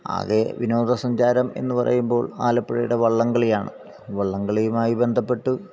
ആകെ വിനോദ സഞ്ചാരം എന്ന് പറയുമ്പോള് ആലപ്പുഴയുടെ വള്ളംകളിയാണ് വള്ളംകളിയുമായി ബന്ധപ്പെട്ട്